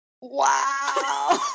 Wow